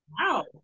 wow